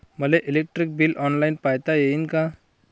मले electric bill online पायता येईन का?